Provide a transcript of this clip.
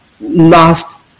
lost